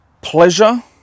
pleasure